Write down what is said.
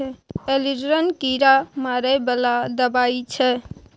Aldrin कीरा मारै बला दवाई छै